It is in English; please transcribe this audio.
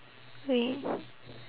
wait